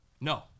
No